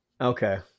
okay